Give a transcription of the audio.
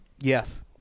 Yes